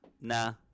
nah